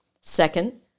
Second